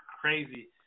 crazy